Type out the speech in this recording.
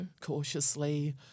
cautiously